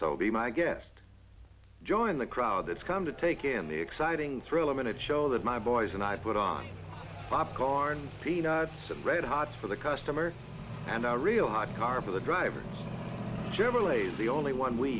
so be my guest join the crowd that's come to take in the exciting thrill a minute show that my boys and i put on popcorn peanuts and red hot for the customer and a real hot car for the driver jim relays the only one we